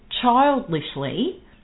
childishly